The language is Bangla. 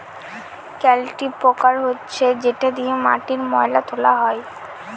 কাল্টিপ্যাকের হচ্ছে যেটা দিয়ে মাটির ময়লা তোলা হয়